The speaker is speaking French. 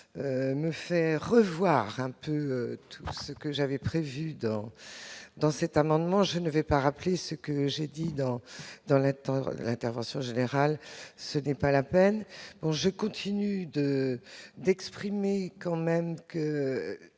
mais fait revoir un peu tout ce que j'avais prévu dans dans cet amendement, je ne vais pas rappeler ce que j'ai dit dans dans l'attente, intervention générale, ce n'est pas la peine, bon je continue de d'exprimer quand même que